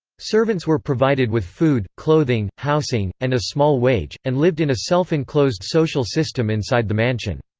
servants were provided with food, clothing, housing, and a small wage, and lived in a self-enclosed social system inside the mansion.